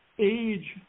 age